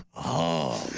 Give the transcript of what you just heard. oh